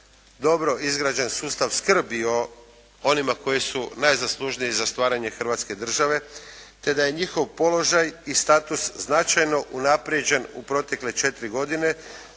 dobro izgrađen sustav skrbi o onima koji su najzaslužniji za stvaranje Hrvatske države te da je njihov položaj i status značajno unaprijeđen u protekle 4 godine